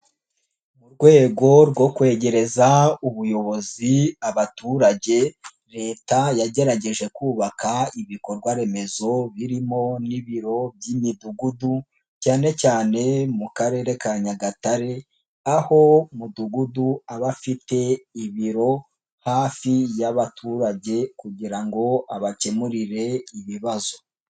Mu rwego rwo kwegereza ubuyobozi abaturage Leta yagerageje kubaka ibikorwa remezo birimo n'ibiro by'imidugudu, cyane cyane mu karere ka Nyagatare aho mudugudu aba afite ibiro hafi y'abaturage kugira ngo abakemurire ibibazo.